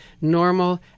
normal